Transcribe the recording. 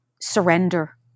surrender